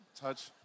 touch